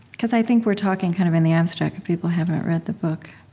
because i think we're talking kind of in the abstract, if people haven't read the book.